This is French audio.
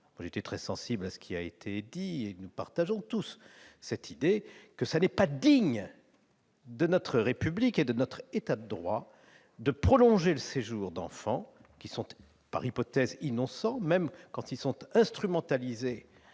été très sensible à ce qui a été dit. Nous partageons tous cette idée qu'il n'est pas digne de notre République et de notre État de droit de prolonger le séjour d'enfants qui sont, par hypothèse, innocents, même quand ils sont instrumentalisés